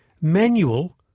manual